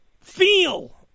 feel